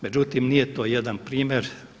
Međutim, nije to jedan primjer.